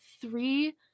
three